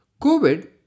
COVID